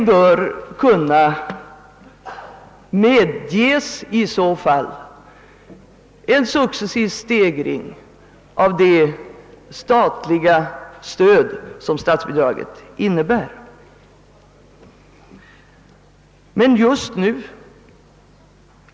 I så fall bör det statliga stödet successivt kunna ökas.